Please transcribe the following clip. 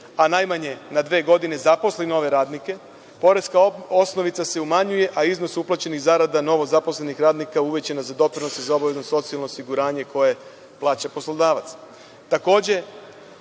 a najmanje na dve godine zaposli nove radnike, poreska osnovica se umanjuje, a iznos uplaćenih zarada novozaposlenih radnika uvećana za doprinos iz obaveznog socijalnog osiguranja koje plaća poslodavac. Takođe,